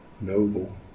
noble